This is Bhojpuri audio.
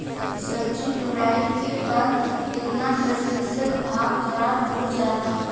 सब्जी तुराई के बाद केतना प्रतिशत भाग खराब हो जाला?